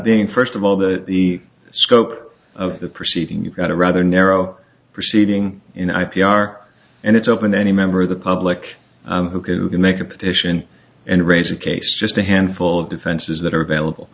being first of all that the scope of the proceeding you've got a rather narrow proceeding in i p r and it's open any member of the public who can make a petition and raise a case just a handful of defenses that are available